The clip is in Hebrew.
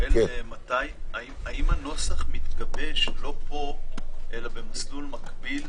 האם הנוסח מתגבש לא פה אלא במסלול מקביל?